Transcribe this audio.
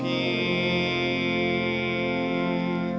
the